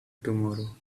tomorrow